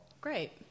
Great